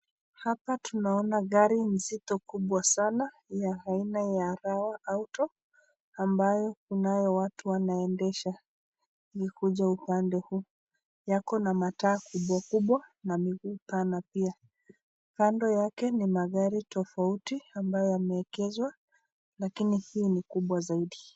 Hapa tunaona gari nzito kubwa sana ya aina ya Rawa Auto ambayo inayo watu wanaendesha kuja upande huu yako na mataa kubwa kubwa na miguu pana pia kando yake ni magari tofauti ambayo yameegeshwa lakini hii ni kubwa zaidi.